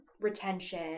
retention